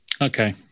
Okay